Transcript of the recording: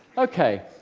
ok,